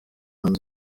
hanze